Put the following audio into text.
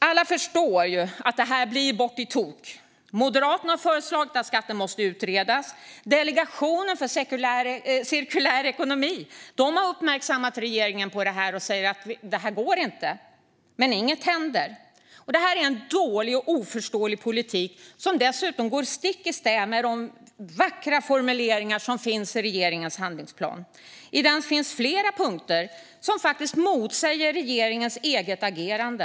Alla förstår att detta blir tokigt. Moderaterna har föreslagit att skatten ska utredas. Delegationen för cirkulär ekonomi har uppmärksammat regeringen på detta och säger att detta inte går. Men ingenting händer. Detta är en dålig och oförståelig politik som dessutom går stick i stäv med de vackra formuleringar som finns i regeringens handlingsplan. I den finns flera punkter som faktiskt motsäger regeringens eget agerande.